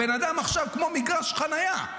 הבן אדם עכשיו כמו מגרש חניה,